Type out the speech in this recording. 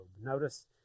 Notice